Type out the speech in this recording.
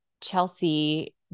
Chelsea